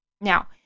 Now